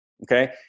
Okay